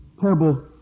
terrible